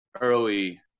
early